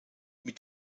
mit